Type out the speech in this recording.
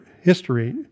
history